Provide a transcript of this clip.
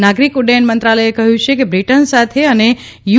નાગરિક ઉદ્દયન મંત્રાલયે કહ્યું કે બ્રિટન સાથે અને યુ